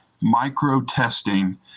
micro-testing